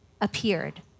appeared